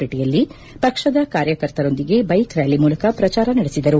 ಪೇಟೆಯಲ್ಲಿ ಪಕ್ಷದ ಕಾರ್ಯಕರ್ತರೊಂದಿಗೆ ಬೈಕ್ ರ್ನಾಲಿ ಮೂಲಕ ಪ್ರಚಾರ ನಡೆಸಿದರು